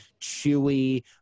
chewy